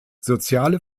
soziale